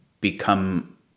become